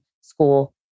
school